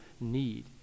need